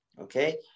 okay